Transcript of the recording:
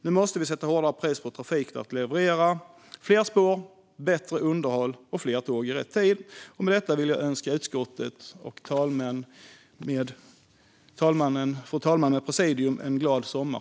Nu måste vi sätta hårdare press på Trafikverket att leverera fler spår, bättre underhåll och fler tåg i rätt tid. Med detta vill jag önska utskottet och fru talmannen med presidium en glad sommar.